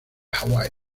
hawái